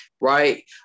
right